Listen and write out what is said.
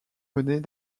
mener